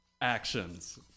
actions